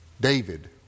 David